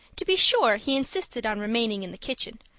to be sure, he insisted on remaining in the kitchen,